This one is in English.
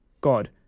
god